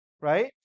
right